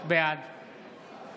בעד